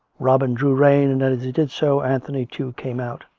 robin drew rein, and as he did so, anthony, too, came out.